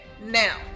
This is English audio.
now